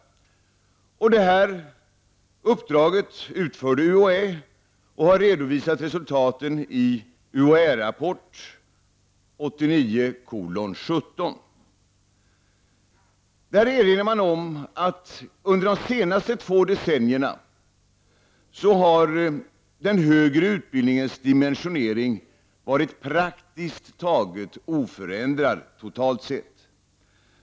UHÄ utförde uppdraget och har redovisat resultaten i UHÄ-rapport 89:17. I rapporten erinrar UHÄ om att under de två senaste decennierna har den högre utbildningens dimensionering varit praktiskt taget oförändrad totalt sett.